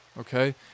okay